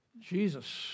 Jesus